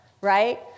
right